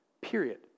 Period